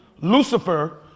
Lucifer